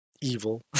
evil